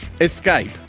escape